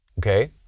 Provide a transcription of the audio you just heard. okay